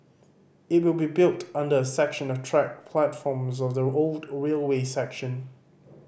it will be built under a section of track platforms of the old railway section